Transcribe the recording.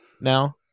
now